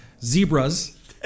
zebras